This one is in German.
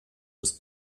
ist